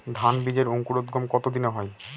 ধান বীজের অঙ্কুরোদগম কত দিনে হয়?